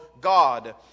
God